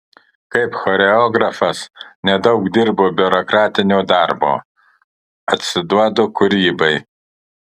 kaip choreografas nedaug dirbu biurokratinio darbo atsiduodu kūrybai